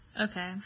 Okay